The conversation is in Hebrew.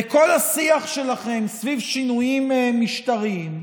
בכל השיח שלכם סביב שינויים משטריים,